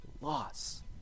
Loss